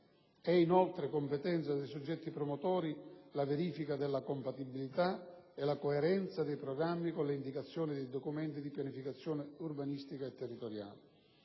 è inoltre competenza dei soggetti promotori la verifica della compatibilità e la coerenza dei programmi con le indicazioni dei documenti di pianificazione urbanistica e territoriale.